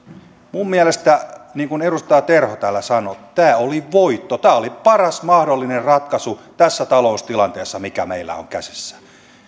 minun mielestäni niin kuin edustaja terho täällä sanoi tämä oli voitto tämä oli paras mahdollinen ratkaisu tässä taloustilanteessa mikä meillä on käsissä